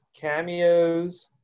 Cameos